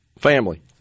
family